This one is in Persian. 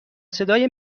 صدای